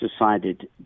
decided